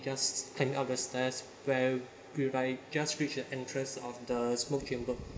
just hang up the stairs where we right just reached the entrance of the smoke chamber